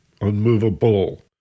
unmovable